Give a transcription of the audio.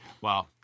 Wow